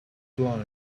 blind